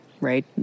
right